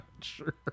Sure